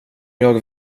jag